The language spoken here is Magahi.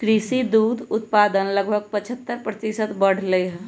कृषि दुग्ध उत्पादन लगभग पचहत्तर प्रतिशत बढ़ लय है